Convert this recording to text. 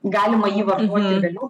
galima jį vartoti vėliau